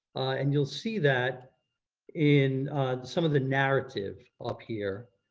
and you'll see that in some of the narrative up here.